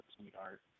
sweetheart